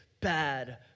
bad